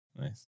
Nice